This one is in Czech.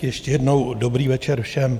Tak ještě jednou dobrý večer všem.